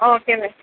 okay ma'am